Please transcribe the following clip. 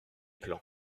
plan